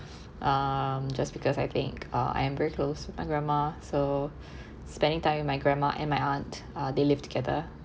um just because I think uh I'm very close with my grandma so spending time with my grandma and my aunt uh they live together